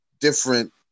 different